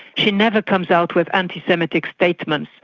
she never comes out with anti-semitic statements,